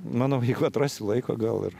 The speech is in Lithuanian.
mano veikla atrasiu laiko gal ir